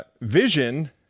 vision